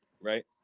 right